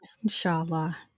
Inshallah